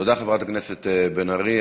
תודה, חברת הכנסת בן ארי.